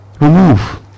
remove